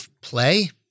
play